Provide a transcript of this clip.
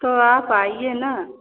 तो आप आइए ना